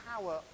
power